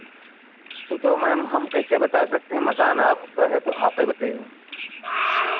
वो तो मैम हम कैसे बता सकते हैं मकान आपका है तो आपै बतइहो